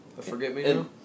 forget-me-now